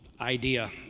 idea